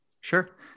sure